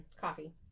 Coffee